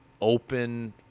open